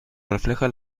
refleja